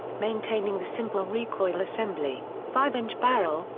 maintaining the simple recoil assembly, five inch barrel,